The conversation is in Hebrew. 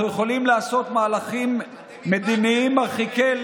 אנחנו יכולים לעשות מהלכים מדיניים מרחיקי לכת,